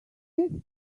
since